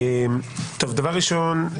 דבר ראשון,